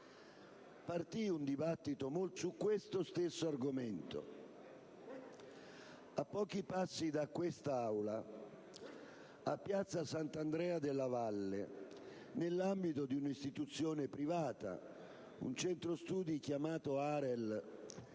aprì un dibattito molto serio sull'argomento. A pochi passi da quest'Aula, a piazza Sant'Andrea della Valle, nell'ambito di un'istituzione privata (un centro studi chiamato AREL,